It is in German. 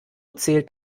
zählt